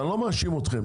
אני לא מאשים אתכם,